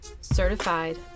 certified